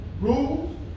Rules